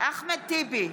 אחמד טיבי,